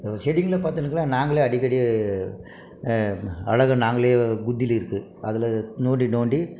செடிகளை பார்த்துட்டீங்கன்னா நாங்களே அடிக்கடி அழகா நாங்களே குதில் இருக்குது அதில் நோண்டி நோண்டி